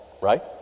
right